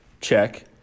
check